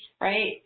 right